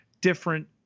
different